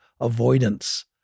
avoidance